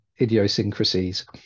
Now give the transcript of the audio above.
idiosyncrasies